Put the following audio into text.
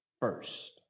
first